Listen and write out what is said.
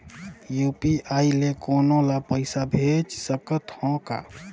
UPI ले कोनो ला पइसा भेज सकत हों का?